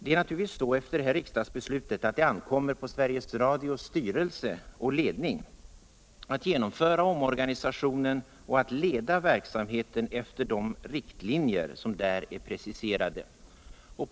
Det är naturligtvis så att det efter riksdagsbeslutet ankommer på Sveriges Radios styrelse och ledning att genomföra omorganisationen och att leda verksamheten efter de riktlinjer som är preciserade i beslutet.